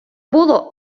було